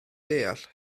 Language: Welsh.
deall